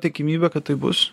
tikimybė kad taip bus